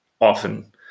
often